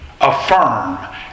affirm